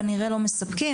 כנראה לא מספקים,